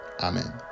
amen